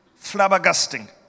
flabbergasting